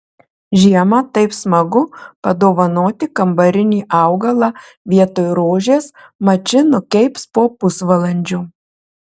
žiemą taip smagu padovanoti kambarinį augalą vietoj rožės mat ši nukeips po pusvalandžio